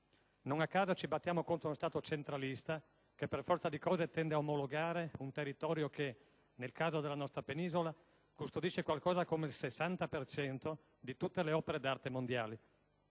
Non a caso, ci battiamo contro lo Stato centralista che, per forza di cose, tende a omologare un territorio che, nel caso della nostra penisola, custodisce qualcosa come il 60 per cento di tutte le opere d'arte mondiali.